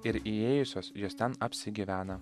ir įėjusios jos ten apsigyvena